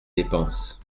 dépenses